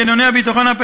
ובמקומות אחרים בארץ.